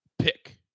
pick